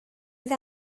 oedd